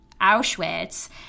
Auschwitz